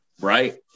right